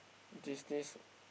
this this